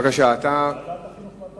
ועדת חינוך.